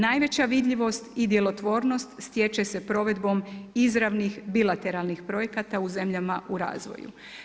Najveća vidljivost i djelotvornost stječe se provedbom izravnih bilateralnih projekata u zemljama u razvoju.